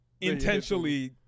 intentionally